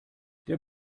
der